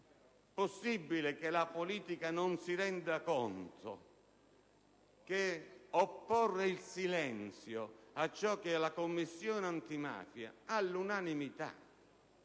è possibile che la politica non si renda conto che non può opporre il silenzio a ciò che la Commissione antimafia all'unanimità